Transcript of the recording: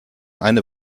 eine